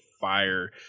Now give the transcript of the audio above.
fire